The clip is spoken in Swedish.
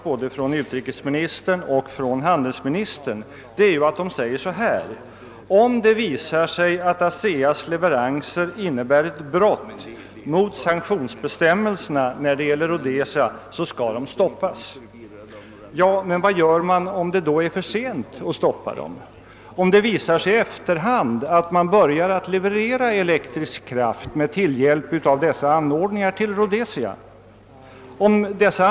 Både utrikesministern och handelsministern har anfört att om det visar sig att ASEA:s leveranser innebär ett brott mot sanktionsbestämmelserna när det gäller Rhodesia så skall leveranserna stoppas. Vad skall man då göra om det visar sig i efterhand att elektrisk kraft med tillhjälp av dessa anordningar börjar levereras till Rhodesia?